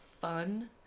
fun